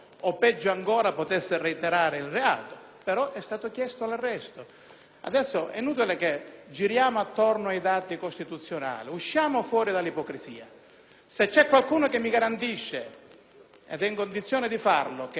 Adesso è inutile che giriamo attorno ai dati costituzionali. Usciamo fuori dall'ipocrisia. Se qualcuno mi garantisce, ed è in condizione di farlo, che il senatore Di Girolamo con il mio voto non viene arrestato è un conto,